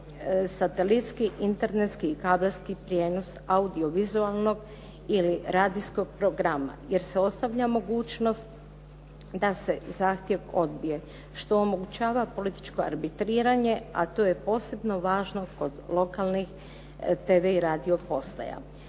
satelitski, internetski i kabelski prijenos audio vizualnog ili radijskog programa jer se ostavlja mogućnost da se zahtjev odbije što omogućava političko arbitriranje, a to je posebno važno kod lokalnih tv i radio postaja.